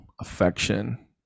affection